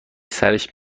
سرش